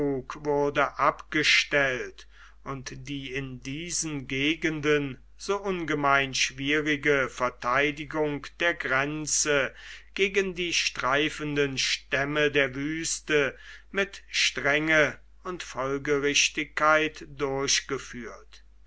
wurde abgestellt und die in diesen gegenden so ungemein schwierige verteidigung der grenze gegen die streifenden stämme der wüste mit strenge und folgerichtigkeit durchgeführt